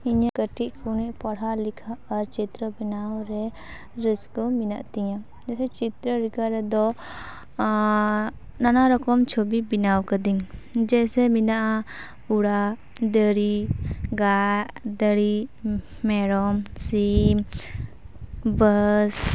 ᱤᱧᱟᱹᱜ ᱠᱟᱹᱴᱤᱡ ᱠᱷᱚᱱᱮ ᱯᱚᱲᱟ ᱞᱮᱠᱷᱟ ᱟᱨ ᱪᱤᱛᱨᱚ ᱵᱮᱱᱟᱣ ᱨᱮ ᱨᱟᱹᱥᱠᱟᱹ ᱢᱮᱱᱟᱜ ᱛᱤᱧᱟᱹ ᱡᱮᱥᱮ ᱪᱤᱛᱨᱚ ᱟᱸᱠᱟᱣ ᱨᱮᱫᱚ ᱱᱟᱱᱟ ᱨᱚᱠᱚᱢ ᱪᱷᱚᱵᱤ ᱵᱮᱱᱟᱣ ᱠᱟᱹᱫᱟᱹᱧ ᱡᱮᱥᱮ ᱢᱮᱱᱮᱜᱼᱟ ᱚᱲᱟᱜ ᱫᱟᱹᱨᱤ ᱜᱟᱹᱜ ᱫᱟᱨᱮ ᱢᱮᱨᱚᱢ ᱥᱤᱢ ᱵᱟᱥ